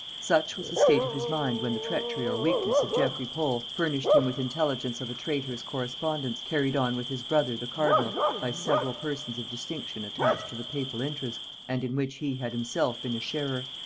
such was the state of his mind when the treachery or weakness of geffrey pole furnished him with intelligence of a traitorous correspondence carried on with his brother the cardinal by several persons of distinction attached to the papal interest, and in which he had himself been a sharer.